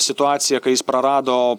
situaciją kai jis prarado